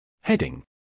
Heading